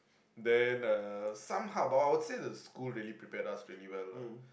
then uh somehow but I will say the school really prepared us really well lah